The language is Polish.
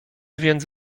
więc